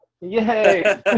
yay